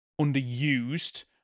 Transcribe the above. underused